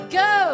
go